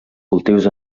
cultius